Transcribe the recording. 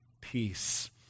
peace